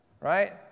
Right